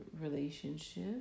relationship